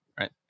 right